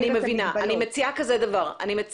אני רוצה להבין את כל הדרך,